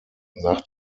nach